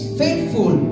faithful